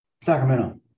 Sacramento